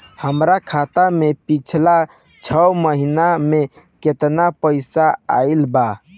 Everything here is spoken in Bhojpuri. हमरा खाता मे पिछला छह महीना मे केतना पैसा आईल बा?